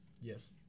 Yes